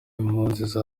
impunzi